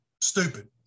stupid